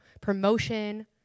promotion